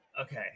Okay